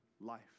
life